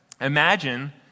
imagine